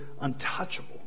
untouchable